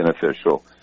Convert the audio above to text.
beneficial